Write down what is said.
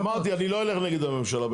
אמרתי, אני לא אלך נגד הממשלה.